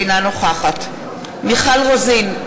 אינה נוכחת מיכל רוזין,